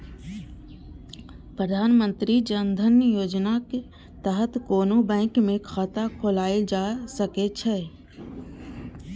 प्रधानमंत्री जन धन योजनाक तहत कोनो बैंक मे खाता खोलाएल जा सकै छै